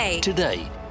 Today